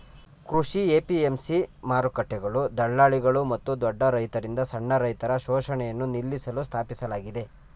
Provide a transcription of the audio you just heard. ಕೃಷಿ ಎ.ಪಿ.ಎಂ.ಸಿ ಮಾರುಕಟ್ಟೆಗಳು ದಳ್ಳಾಳಿಗಳು ಮತ್ತು ದೊಡ್ಡ ರೈತರಿಂದ ಸಣ್ಣ ರೈತರ ಶೋಷಣೆಯನ್ನು ನಿಲ್ಲಿಸಲು ಸ್ಥಾಪಿಸಲಾಗಿದೆ